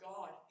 God